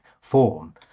form